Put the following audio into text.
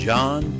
John